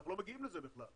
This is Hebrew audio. אנחנו לא מגיעים לזה בכלל.